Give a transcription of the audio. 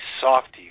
softie